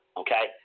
okay